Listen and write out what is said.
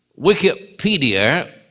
Wikipedia